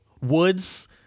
Woods